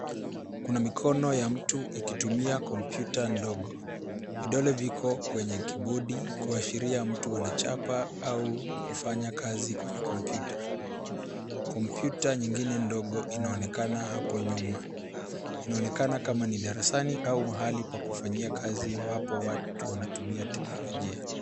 Kuna mikono ya mtu ikitumia kompyuta ndogo. Vidole viko kwenye kibodi kuashiria mtu anachapa au kufanya kazi kwenye kompyuta. Kompyuta nyingine ndogo inaonekana hapo nyuma. Inaonekana kama ni darasani au mahali pa kufanyia kazi ambapo watu wanatumia teknolojia.